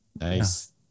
Nice